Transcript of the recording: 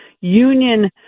union